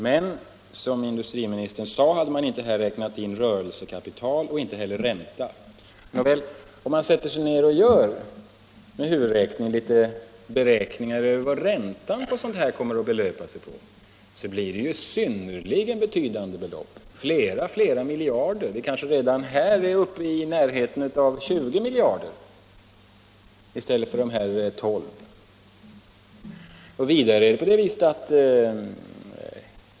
Men som industriministern sade hade man inte här räknat in rörelsekapital och inte heller ränta. Den som sätter sig ned och gör litet beräkningar, i huvudet, av vad räntan på detta kommer att belöpa sig till finner att det blir synnerligen betydande belopp, flera miljarder kronor. Vi kanske redan här är uppe i närheten av 20 miljarder kronor i stället för 12.